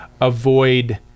avoid